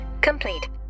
complete